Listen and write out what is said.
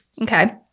Okay